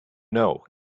know